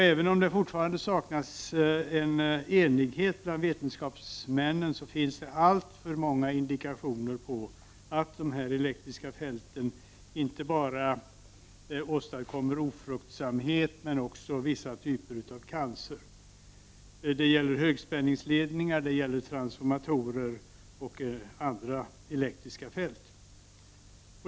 Även om det fortfarande saknas enighet bland vetenskapsmännen finns det alltför många indikationer på att de elektriska fälten inte bara åstadkommer ofruktsamhet, utan också vissa typer av cancer. Det gäller högspänningsledningar, transformatorer och andra elektriska fält.